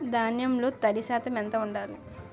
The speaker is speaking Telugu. ధాన్యంలో తడి శాతం ఎంత ఉండాలి?